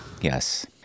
yes